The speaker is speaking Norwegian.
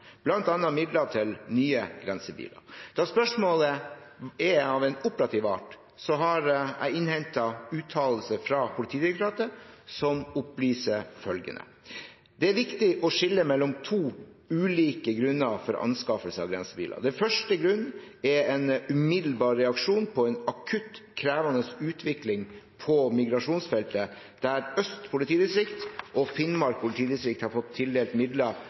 midler til nye grensebiler. Da spørsmålet er av en operativ art, har jeg innhentet uttalelser fra Politidirektoratet, som opplyser følgende: Det er viktig å skille mellom to ulike grunner for anskaffelse av grensebiler. Den første grunnen er en umiddelbar reaksjon på en akutt krevende utvikling på migrasjonsfeltet, der Øst politidistrikt og Finnmark politidistrikt har fått tildelt midler